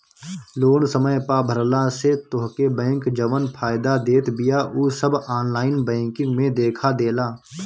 loan समय पअ भरला से तोहके बैंक जवन फायदा देत बिया उ सब ऑनलाइन बैंकिंग में देखा देला